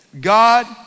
God